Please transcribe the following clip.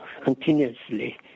continuously